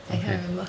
okay